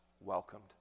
welcomed